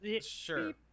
sure